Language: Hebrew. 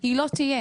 היא לא תהיה.